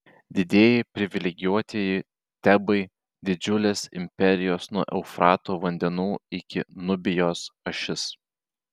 didieji privilegijuotieji tebai didžiulės imperijos nuo eufrato vandenų iki nubijos ašis